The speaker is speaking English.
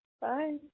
Bye